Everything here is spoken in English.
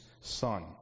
Son